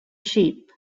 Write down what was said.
sheep